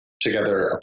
together